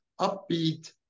upbeat